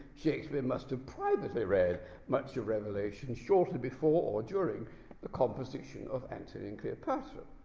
shakespeare must have privately read much of revelation shortly before or during the composition of antony and cleopatra